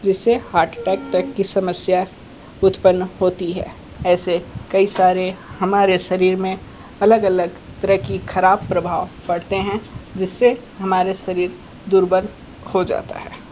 जिससे heart attack की समस्या उत्पन्न होती है ऐसे कई सारे हमारे शरीर में अलग अलग तरह की खराब प्रभाव पड़ते हैं जिससे हमारे शरीर दुर्बल हो जाता है